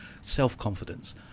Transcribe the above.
self-confidence